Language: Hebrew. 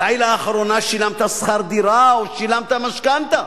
מתי לאחרונה שילמת שכר דירה או שילמת משכנתה?